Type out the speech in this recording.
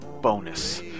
bonus